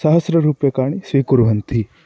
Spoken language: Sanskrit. सहस्ररूप्यकाणि स्वीकुर्वन्ति